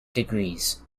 degrees